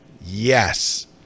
yes